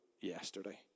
yesterday